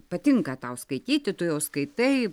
patinka tau skaityti tu jau skaitai